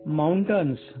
mountains